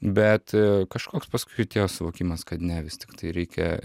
bet kažkoks paskui atėjo suvokimas kad ne vis tiktai reikia